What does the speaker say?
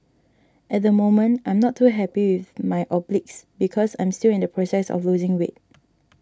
at the moment I'm not too happy with my obliques because I'm still in the process of losing weight